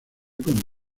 con